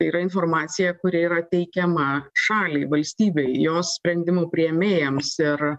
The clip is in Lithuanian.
tai yra informacija kuri yra teikiama šaliai valstybei jos sprendimų priėmėjams ir